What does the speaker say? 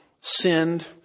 sinned